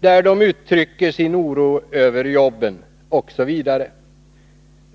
där de uttrycker sin oro över jobben, osv.